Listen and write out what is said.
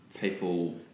people